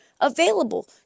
available